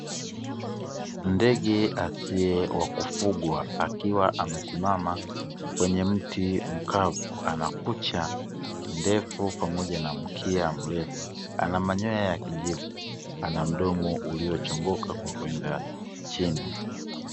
Ndege asiye wa kufugwa ,akiwa amesima kwenye mti ana mdomo wa kuchongoka.